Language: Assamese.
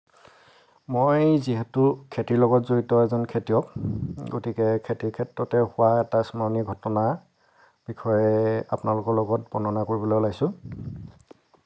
মই যিহেতু খেতিৰ লগত জড়িত এজন খেতিয়ক গতিকে খেতিৰ ক্ষেত্ৰতে হোৱা এটা স্মৰণীয় ঘটনাৰ বিষয়ে আপোনালোকৰ লগত বৰ্ণনা কৰিবলৈ ওলাইছোঁ